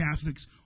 Catholics